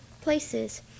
places